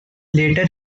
later